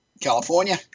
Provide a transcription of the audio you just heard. California